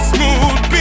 Smooth